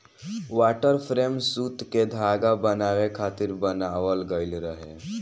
water frame सूत के धागा बनावे खातिर बनावल गइल रहे